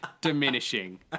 diminishing